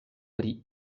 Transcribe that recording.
pri